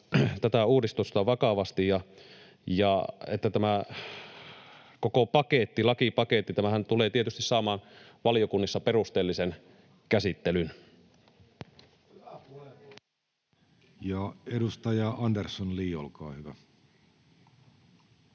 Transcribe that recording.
tätä uudistusta vakavasti. Tämä koko lakipaketti tulee tietysti saamaan valiokunnissa perusteellisen käsittelyn. Edustaja Andersson, Li, olkaa hyvä.